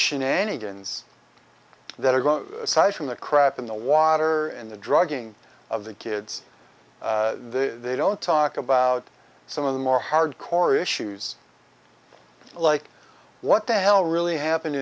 shenanigans that are going to aside from the crap in the water and the drugging of the kids they don't talk about some of the more hard core issues like what the hell really happened